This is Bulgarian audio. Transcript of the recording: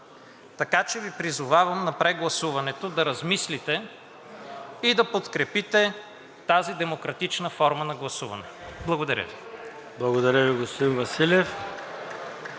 Така че Ви призовавам на прегласуването да размислите и да подкрепите тази демократична форма на гласуване. Благодаря Ви. (Единични ръкопляскания